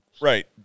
right